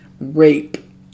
rape